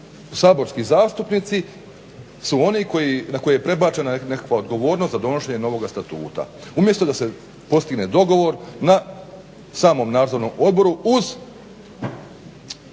saborski zastupnici su oni na koje je prebačena nekakva odgovornost za donošenje novoga statuta umjesto da se postigne dogovor na samom Nadzornom odboru uz